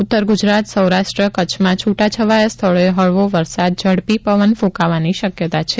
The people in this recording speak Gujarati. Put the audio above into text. ઉત્તર ગુજરાત સૌરાષ્ટ્ર કચ્છમાં છૂટા છવાયા સ્થળોએ હળવો વરસાદ ઝડપી પવન ફૂંકાવાની શક્યતા છે